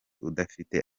udafite